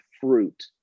fruit